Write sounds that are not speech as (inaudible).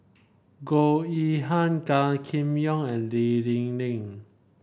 Goh Yihan Gan Kim Yong and Lee Ling (unintelligible)